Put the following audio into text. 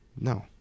No